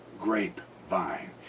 grapevine